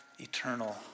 eternal